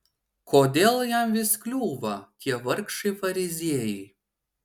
kodėl jam vis kliūva tie vargšai fariziejai